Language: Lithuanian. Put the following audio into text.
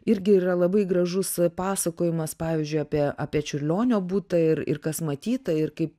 irgi yra labai gražus pasakojimas pavyzdžiui apie apie čiurlionio butą ir ir kas matyta ir kaip